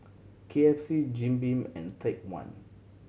K F C Jim Beam and Take One